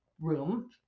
room